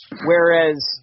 whereas